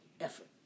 effort